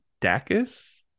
Dacus